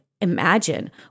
imagine